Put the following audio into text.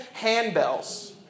handbells